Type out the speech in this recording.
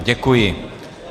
Děkuji.